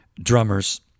drummers